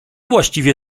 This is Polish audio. właściwie